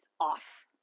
off